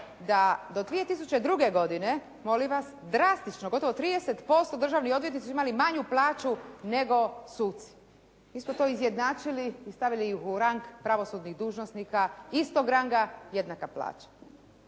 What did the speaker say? da do 2002. godine, molim vas, drastično, gotovo 30% državni odvjetnici su imali manju plaću nego suci. Mi smo to izjednačili i stavili ih u rang pravosudnih dužnosnika istog ranga, jednaka plaća.